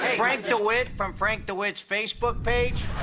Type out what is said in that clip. frank dewit from frank dewit's facialbook page.